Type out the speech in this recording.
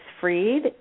Freed